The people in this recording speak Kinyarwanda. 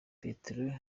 petero